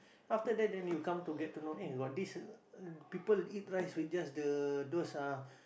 after that then you come to get to know got this people eat rice with just the